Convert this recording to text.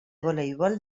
voleibol